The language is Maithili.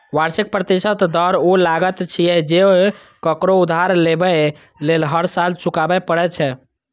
वार्षिक प्रतिशत दर ऊ लागत छियै, जे ककरो उधार लेबय लेल हर साल चुकबै पड़ै छै